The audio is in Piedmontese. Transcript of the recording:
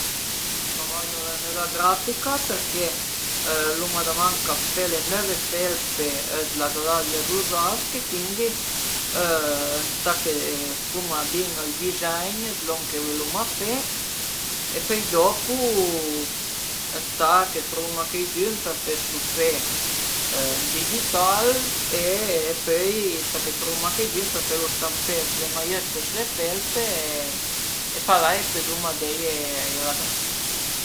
Si travaiu a üna növa grafica perché l'uma da manca d'fe le növe felpe dë l'agraria d'Uzasc e cuindi ëntà che fuma bin ël dizegn d'lon che vuluma fe e pöi dopu ëntà che truvuma cueidün për feslu fe ën digital e pöi ëntà che truvuma cuaidün per felu stampé s'le maiëtte e s'le felpe e parei puduma deie ai ragazzi